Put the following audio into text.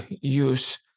use